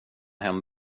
hem